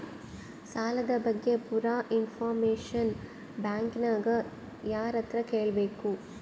ಸಾಲದ ಬಗ್ಗೆ ಪೂರ ಇಂಫಾರ್ಮೇಷನ ಬ್ಯಾಂಕಿನ್ಯಾಗ ಯಾರತ್ರ ಕೇಳಬೇಕು?